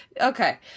Okay